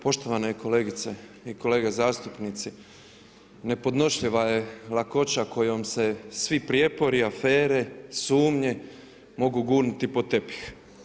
Poštovane kolegice i kolege zastupnici, nepodnošljiva je lakoća kojom se svi prijepori, afere, sumnje, mogu gurnuti pod tepih.